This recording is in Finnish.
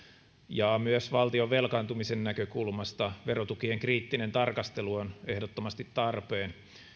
myös valtion velkaantumisen näkökulmasta verotukien kriittinen tarkastelu on ehdottomasti tarpeen